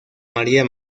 maría